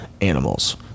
animals